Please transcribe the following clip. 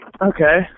okay